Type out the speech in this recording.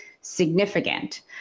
significant